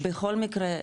בכל מקרה,